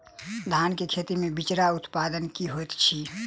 धान केँ खेती मे बिचरा उत्पादन की होइत छी?